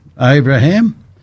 Abraham